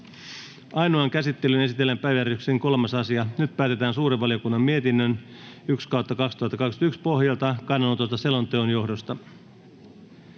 Ainoaan käsittelyyn esitellään päiväjärjestyksen 3. asia. Nyt päätetään suuren valiokunnan mietinnön SuVM 1/2021 vp pohjalta kannanotosta selonteon johdosta.